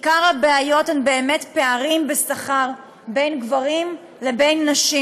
עיקר הבעיות הן באמת פערים בשכר בין גברים לבין נשים,